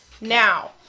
Now